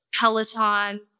Peloton